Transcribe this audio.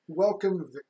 Welcome